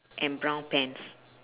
and brown pants